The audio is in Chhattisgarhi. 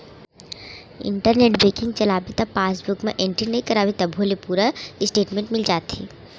इंटरनेट बेंकिंग चलाबे त पासबूक म एंटरी नइ कराबे तभो ले पूरा इस्टेटमेंट मिल जाथे